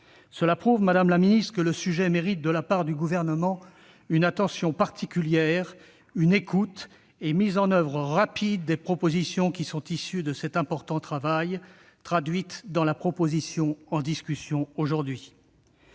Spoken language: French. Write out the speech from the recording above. Cela prouve, madame la secrétaire d'État, que le sujet mérite de la part du Gouvernement une attention particulière, une écoute et la mise en oeuvre rapide des propositions qui sont issues de cet important travail, traduites dans la proposition de loi en discussion aujourd'hui.